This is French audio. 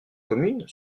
commune